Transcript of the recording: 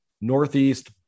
Northeast